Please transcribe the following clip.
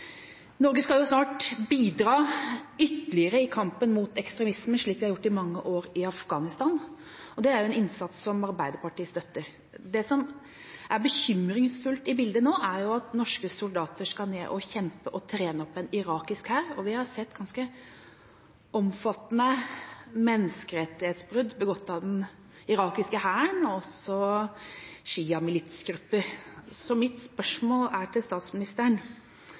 Norge skal jo snart bidra ytterligere i kampen mot ekstremisme, slik vi har gjort i mange år i Afghanistan. Det er en innsats som Arbeiderpartiet støtter. Det som er bekymringsfullt i bildet nå, er at norske soldater skal ned og kjempe og trene opp en irakisk hær, og vi har sett ganske omfattende menneskerettighetsbrudd begått av den irakiske hæren og også sjiamilitsgrupper. Mitt spørsmål til statsministeren er: Deler statsministeren